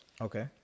Okay